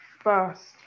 first